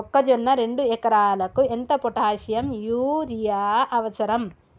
మొక్కజొన్న రెండు ఎకరాలకు ఎంత పొటాషియం యూరియా అవసరం?